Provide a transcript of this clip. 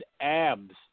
abs